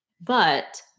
but-